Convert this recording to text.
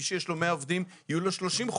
מי שיש לו 100 עובדים, יהיו לו 30 חולים.